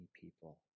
people